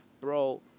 bro